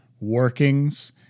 workings